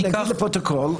להגיד לפרוטוקול,